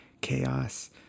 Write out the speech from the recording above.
chaos